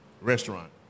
restaurant